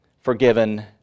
forgiven